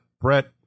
brett